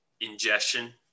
ingestion